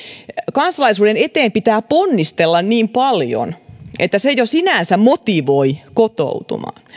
kansalaisuuden eteen pitää ponnistella niin paljon että se jo sinänsä motivoi kotoutumaan